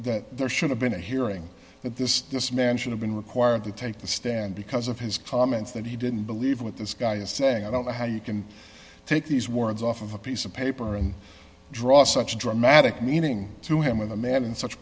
that there should have been a hearing that this man should have been required to take the stand because of his cause i meant that he didn't believe what this guy is saying i don't know how you can take these words off of a piece of paper and draw such a dramatic meaning to him with a man in such